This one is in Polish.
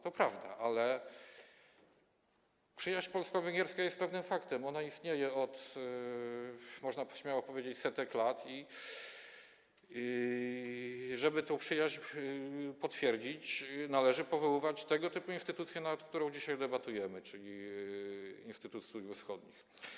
To prawda, ale przyjaźń polsko-węgierska jest pewnym faktem, ona istnieje od, można śmiało powiedzieć, setek lat i żeby tę przyjaźń potwierdzić, należy powoływać tego typu instytucje jak ta, nad którą dzisiaj debatujemy, czyli instytut studiów wschodnich.